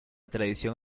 tradición